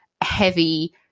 heavy